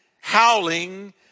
howling